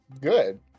Good